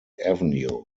avenue